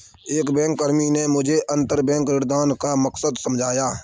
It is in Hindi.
एक बैंककर्मी ने मुझे अंतरबैंक ऋणदान का मकसद समझाया